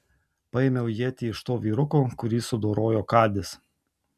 paėmiau ietį iš to vyruko kurį sudorojo kadis